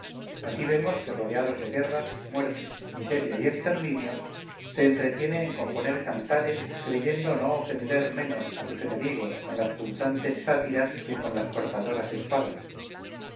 así vemos que rodeados de guerras muertes miseria y exterminio se entretiene en componer cantares creyendo no ofender menos a sus enemigos con las punzantes sátiras que con las cortadoras espadas